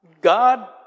God